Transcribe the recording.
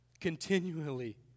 Continually